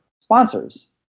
sponsors